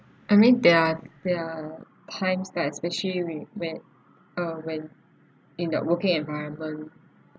I mean there are there are times that especially we wh~ uh when in that working environment